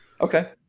Okay